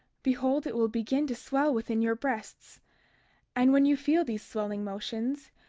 behold, it will begin to swell within your breasts and when you feel these swelling motions,